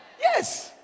Yes